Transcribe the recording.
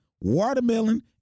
watermelon